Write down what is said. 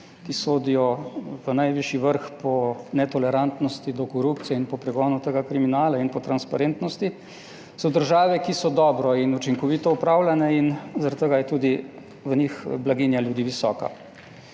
ki sodijo v najvišji vrh po netolerantnosti do korupcije in po pregonu tega kriminala in po transparentnosti, so države, ki so dobro in učinkovito opravljene in zaradi tega je tudi v njih blaginja ljudi visoka.